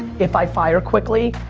if i fire quickly,